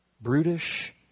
brutish